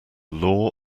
law